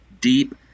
deep